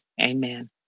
Amen